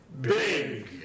big